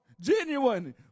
genuine